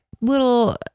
little